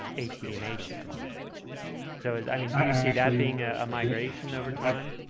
a tdm a channel so is i mean you see that being ah a migration over time